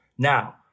Now